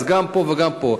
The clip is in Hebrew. אז גם פה וגם פה.